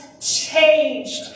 changed